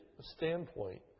standpoint